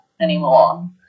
anymore